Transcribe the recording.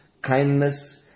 kindness